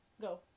Go